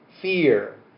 fear